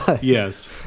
Yes